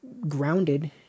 grounded